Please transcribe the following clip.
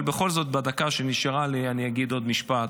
אבל בכל זאת, בדקה שנשארה לי אני אגיד עוד משפט.